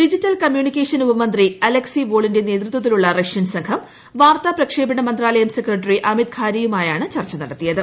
digital communication ഉപമന്ത്രി Alexei വോളിന്റെ നേതൃത്വത്തിലുള്ള റഷ്യൻ സംഘം വാർത്താ പ്രക്ഷേപണ് മന്ത്രാലയം സെക്രട്ടറി അമിത് ഖാരെയുമായാണ് ചർച്ച നടത്തിയത്